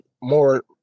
more